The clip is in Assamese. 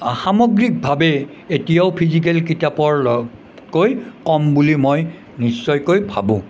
সামগ্ৰিকভাৱে এতিয়াও ফিজিকেল কিতাপৰ লগত কৈ কম বুলি মই নিশ্চয়কৈ ভাবোঁ